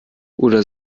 oder